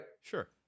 sure